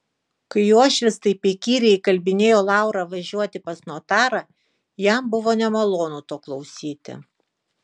kai uošvis taip įkyriai įkalbinėjo laurą važiuoti pas notarą jam buvo nemalonu to klausyti